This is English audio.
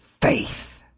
faith